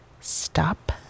stop